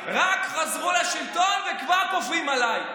רק חזרו לשלטון וכבר חושבים עליי.